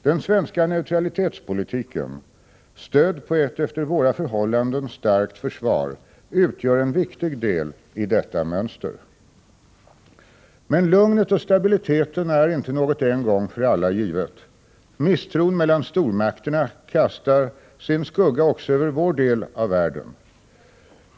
Den svenska neutralitetspolitiken, stödd på ett efter våra förhållanden starkt försvar, utgör en viktig del i detta mönster. Men lugnet och stabiliteten är inte något en gång för alla givet. Misstron mellan stormakterna kastar sin skugga också över vår del av världen.